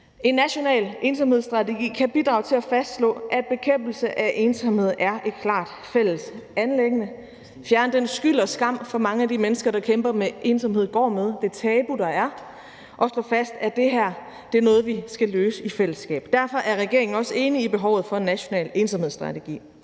En national ensomhedsstrategi kan bidrage til at fastslå, at bekæmpelse af ensomhed er et klart fælles anliggende; fjerne den skyld og skam, mange af de mennesker, der kæmper med ensomhed, går med, og det tabu, der er. Og vi skal slå fast, at det her er noget, vi skal løse i fællesskab. Derfor er regeringen også enig i behovet for en national ensomhedsstrategi.